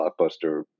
blockbuster